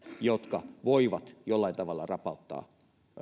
jotka voivat jollain tavalla rapauttaa